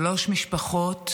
שלוש משפחות